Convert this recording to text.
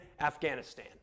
Afghanistan